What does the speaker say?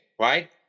right